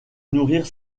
nourrir